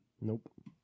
nope